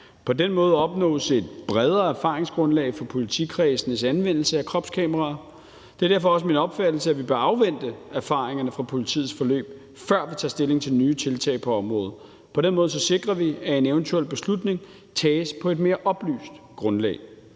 På den måde opnås et bredere erfaringsgrundlag for politikredsenes anvendelse af kropskameraer. Det er derfor også min opfattelse, at vi bør afvente erfaringerne fra politiets forløb, før vi tager stilling til nye tiltag på området. På den måde sikrer vi, at en eventuel beslutning tages på et mere oplyst grundlag.